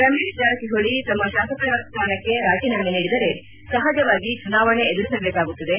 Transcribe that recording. ರಮೇಶ ಜಾರಕಿಹೊಳಿ ತಮ್ಮ ಶಾಸಕ ಸ್ಥಾನಕ್ಕೆ ರಾಜೀನಾಮೆ ನೀಡಿದರೆ ಸಹಜವಾಗಿ ಚುನಾವಣೆ ಎದುರಿಸಬೇಕಾಗುತ್ತದೆ